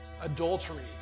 adultery